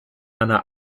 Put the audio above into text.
einer